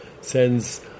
sends